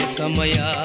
samaya